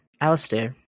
alistair